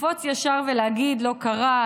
לקפוץ ישר ולהגיד: לא קרה,